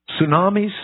tsunamis